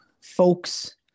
folks